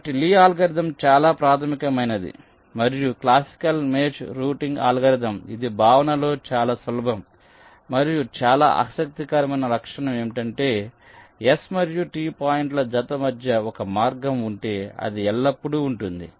కాబట్టి Lee algorithm చాలా ప్రాథమికమైనది మరియు క్లాసికల్ మేజ్ రౌటింగ్ అల్గోరిథం ఇది భావనలో చాలా సులభం మరియు చాలా ఆసక్తికరమైన లక్షణం ఏమిటంటే S మరియు T పాయింట్ల జత మధ్య ఒక మార్గం ఉంటే అది ఎల్లప్పుడూ ఉంటుంది